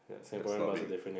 that's not being